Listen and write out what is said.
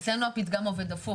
אצלנו הפתגם עובד הפוך.